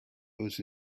was